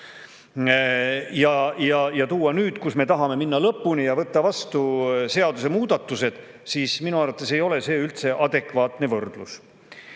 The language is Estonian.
näiteks] nüüd, kui me tahame minna lõpuni ja võtta vastu seadusemuudatused – minu arvates ei ole see üldse adekvaatne võrdlus.